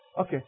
Okay